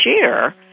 share